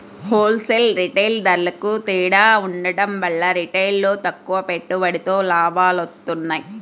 whole sale, retail ధరలకూ తేడా ఉండటం వల్ల రిటైల్లో తక్కువ పెట్టుబడితో లాభాలొత్తన్నాయి